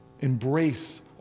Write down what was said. embrace